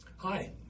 Hi